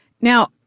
Now